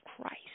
Christ